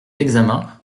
d’examen